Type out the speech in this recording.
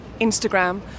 Instagram